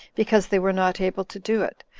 because they were not able to do it,